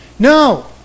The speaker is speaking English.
No